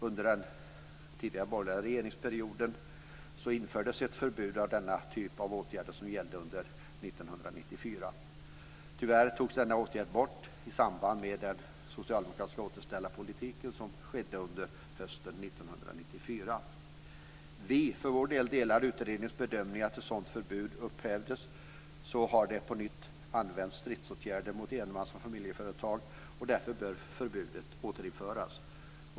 Under den tidigare borgerliga regeringsperioden infördes ett förbud mot denna typ av åtgärder som gällde under 1994. Tyvärr togs denna åtgärd bort i samband med den socialdemokratiska återställarpolitiken under hösten 1994. Vi för vår del delar utredningens bedömning att sedan förbudet upphävdes har det på nytt använts stridsåtgärder mot enmans och familjeföretag och därför bör förbudet återinföras.